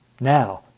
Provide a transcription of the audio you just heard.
Now